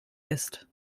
ist